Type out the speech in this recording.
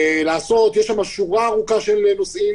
יש שם שורה ארוכה של נושאים.